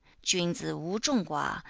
jun zi wu zhong gua,